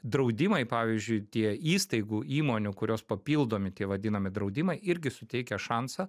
draudimai pavyzdžiui tie įstaigų įmonių kurios papildomi tie vadinami draudimai irgi suteikia šansą